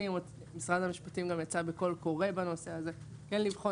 משרד המשפטים גם יצא בקול קורא בנושא הזה כדי לבחון